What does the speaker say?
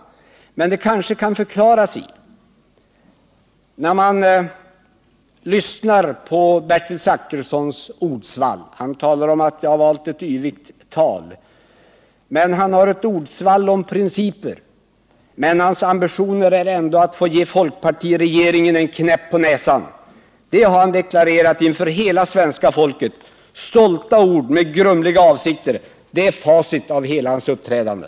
Bertil Zachrisson talar om att jag använt ett yvigt tal, men när man lyssnar till honom finner man att bakom hans ordsvall om principer ligger ytterst ambitionen att få ge folkpartiregeringen en knäpp på näsan. Det har han deklarerat inför hela svenska folket. Stolta ord med grumliga avsikter — det är facit av hela hans uppträdande.